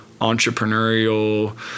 entrepreneurial